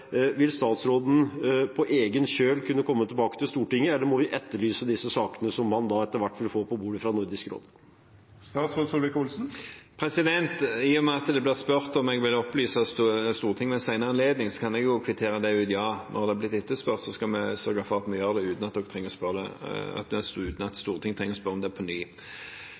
Vil statsråden på egen kjøl kunne komme tilbake til Stortinget, eller må vi etterlyse disse sakene fra Nordisk råd som man etter hvert vil få på bordet? I og med at det blir spurt om jeg vil opplyse Stortinget ved en senere anledning, kan jeg kvittere det ut. Når det er blitt etterspurt, skal vi sørge for at vi gjør det uten at Stortinget trenger å spørre om det på ny. Ved forrige korsvei da en hadde oppe forslaget om